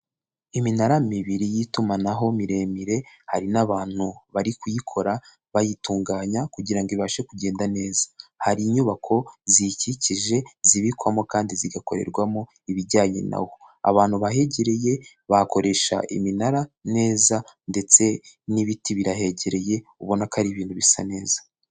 Iminara ibiri y'itumanaho miremire, hari n'abantu bari kuyikora bayitunganya, kugira ngo ibashe kugenda neza. Hari inyubako ziyikikije zibikwamo kandi zigakorerwamo ibijyanye na wo. Abantu bahegereye bakoresha iminara neza ndetse n'ibiti birahegereye ubona ko ari ibintu bisa neza.